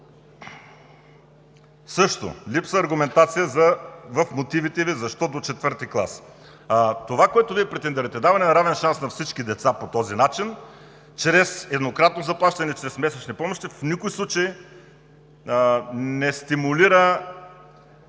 също липсва аргументация в мотивите Ви защо до IV клас? Това, за което Вие претендирате – даване на равен шанс на всички деца по този начин чрез еднократно заплащане на месечни помощи, в никой случай не стимулира